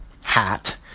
hat